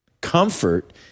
Comfort